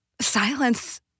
Silence